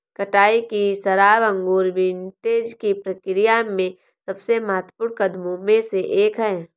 कटाई की शराब अंगूर विंटेज की प्रक्रिया में सबसे महत्वपूर्ण कदमों में से एक है